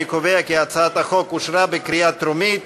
אני קובע כי הצעת החוק אושרה בקריאה טרומית